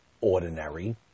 ordinary